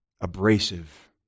abrasive